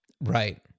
Right